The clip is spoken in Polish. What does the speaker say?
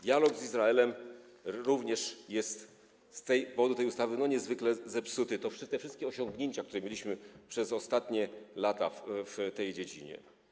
Dialog z Izraelem również jest z powodu tej ustawy niezwykle zepsuty, jak i te wszystkie osiągnięcia, które mieliśmy przez ostatnie lata w tej dziedzinie.